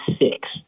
six